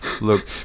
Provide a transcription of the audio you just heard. Look